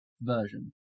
version